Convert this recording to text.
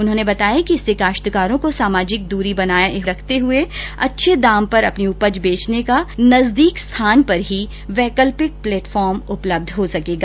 उन्होंने बताया कि इससे काश्तकारों को सामाजिक दूरी बनाये रखते हुए अच्छे दाम पर अपनी उपज बेचने का नजदीक स्थान पर ही वैकल्पिक प्लेटफार्म उपलब्ध हो सकेगा